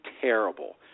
terrible